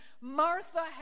Martha